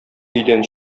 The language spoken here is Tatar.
өйдән